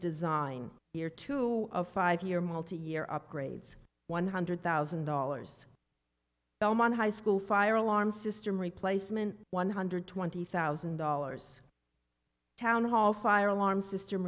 design here to a five year multi year upgrades one hundred thousand dollars belmont high school fire alarm system replacement one hundred twenty thousand dollars town hall fire alarm system